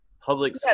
public